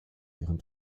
ihren